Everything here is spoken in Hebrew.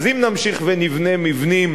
אז אם נמשיך ונבנה מבנים